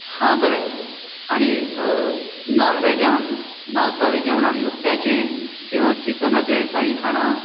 हां बरें आनी अ नॉनवेजान मांसाहारी जेवणांत नुस्त्याचें किंवा चिकनाचें कांयी खाणां